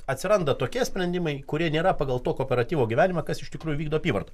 atsiranda tokie sprendimai kurie nėra pagal to kooperatyvo gyvenimą kas iš tikrųjų vykdo apyvartą